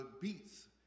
beats